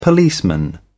Policeman